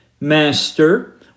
Master